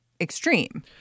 extreme